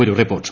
ഒരു റിപ്പോർട്ട്